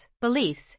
beliefs